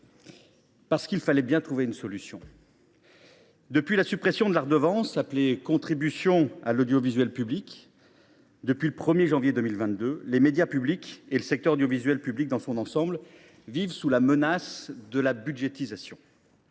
Parce qu’il fallait bien trouver une solution ! Depuis la suppression de la redevance, dite aussi contribution à l’audiovisuel public, entrée en application le 1 janvier 2022, les médias publics et le secteur audiovisuel public dans son ensemble vivent sous la menace de la budgétisation.